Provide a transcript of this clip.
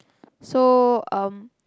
so um